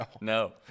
No